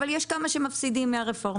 אבל יש כמה שמפסידים מהרפורמה,